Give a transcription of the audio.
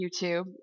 YouTube